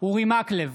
אורי מקלב,